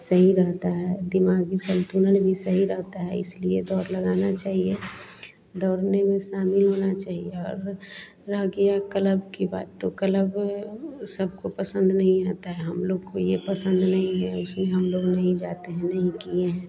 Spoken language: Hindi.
सही रहता है दिमागी सन्तुलन भी सही रहता है इसलिए दौड़ लगानी चाहिए दौड़ने में शामिल होना चाहिए और रह गया क्लब की बात तो क्लब सबको पसन्द नहीं आता है हमलोग को भी यह पसन्द नहीं है उसमें हमलोग नहीं जाते हैं नहीं किए हैं